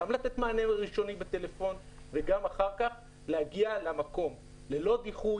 גם לתת מענה ראשוני בטלפון וגם אחר-כך להגיע למקום ללא דיחוי,